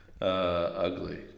ugly